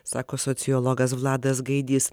sako sociologas vladas gaidys